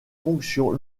fonction